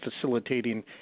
facilitating